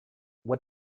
what